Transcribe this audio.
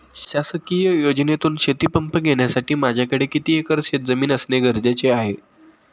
शासकीय योजनेतून शेतीपंप घेण्यासाठी माझ्याकडे किती एकर शेतजमीन असणे गरजेचे आहे?